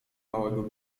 małego